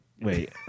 Wait